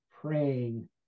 praying